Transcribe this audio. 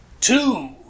Two